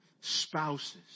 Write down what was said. spouses